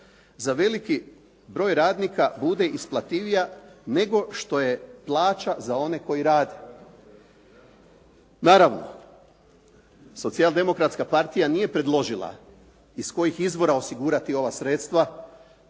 za veliki broj radnika bude isplativija nego što je plaća za one koji rade. Naravno, Socijaldemokratska partija nije predložila iz kojih izvora osigurati ova sredstva,